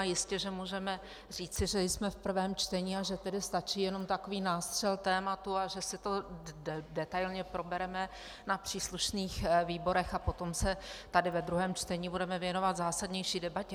Jistě, že můžeme říci, že jsme v prvém čtení, a že tedy stačí jenom takový nástřel tématu a že si to detailně probereme na příslušných výborech a potom se tady ve druhém čtení budeme věnovat zásadnější debatě.